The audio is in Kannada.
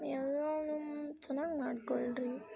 ಎಲ್ಲನೂ ಚೆನ್ನಾಗಿ ಮಾಡಿಕೊಳ್ರಿ